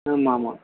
ஆமாம் ஆமாம்